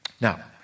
Now